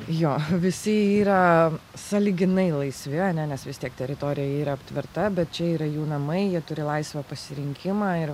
jo visi yra sąlyginai laisvi ane nes vis tiek teritorija yra aptverta bet čia yra jų namai jie turi laisvą pasirinkimą ir